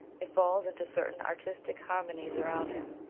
it falls into certain artistic harmonies around him.